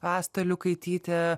asta liukaitytė